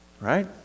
right